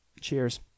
cheers